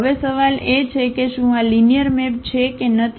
હવે સવાલ એ છે કે શું આ લિનિયર મેપ છે કે નથી